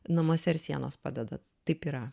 namuose ir sienos padeda taip yra